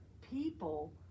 people